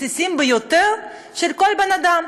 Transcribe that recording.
הבסיסיים ביותר של כל בן-אדם,